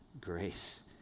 grace